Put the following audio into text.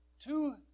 two